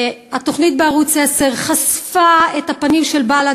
התוכנית בערוץ 10 חשפה את הפנים של בל"ד.